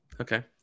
Okay